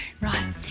Right